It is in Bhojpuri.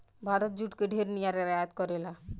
भारत जूट के ढेर निर्यात करेला